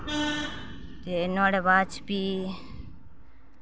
ते नुआढ़े बाद'च फ्ही